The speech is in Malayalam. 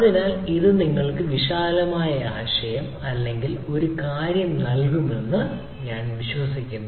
അതിനാൽ ഇത് നിങ്ങൾക്ക് വിശാലമായ ആശയം അല്ലെങ്കിൽ ഒരു കാര്യം നൽകുമെന്ന് ഞാൻ വിശ്വസിക്കുന്നു